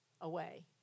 away